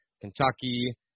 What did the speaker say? Kentucky